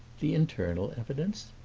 the internal evidence?